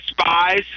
spies